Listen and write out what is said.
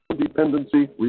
dependency